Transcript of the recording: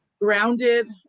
grounded